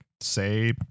say